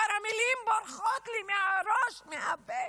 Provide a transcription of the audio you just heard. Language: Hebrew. המילים כבר בורחות לי מהראש, מהפה,